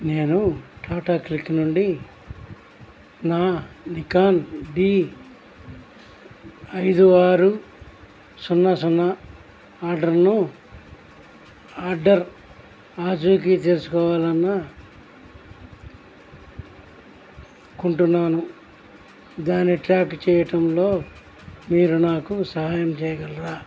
నేను టాటా క్లిక్ నుండి నా నికాన్ డి ఐదు ఆరు సున్నా సున్నా ఆర్డర్ను ఆర్డర్ ఆచూకి తెలుసుకోవాలి అనుకుంటున్నాను దాన్ని ట్రాక్ చేయటంలో మీరు నాకు సహాయం చేయగలరా